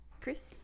Chris